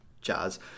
jazz